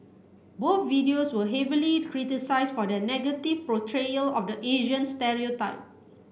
both videos were heavily criticised for their negative portrayal of the Asian stereotype